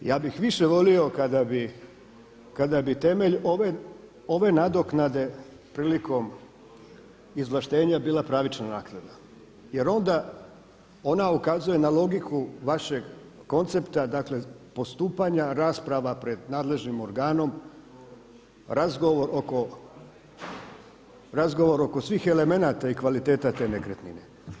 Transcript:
Ja bih više volio kada bi temelj ove nadoknade prilikom izvlaštenja bila pravična naknada, jer onda ona ukazuje na logiku vašeg koncepta, dakle postupanja rasprava pred nadležnim organom, razgovor oko svih elemenata i kvaliteta te nekretnine.